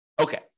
Okay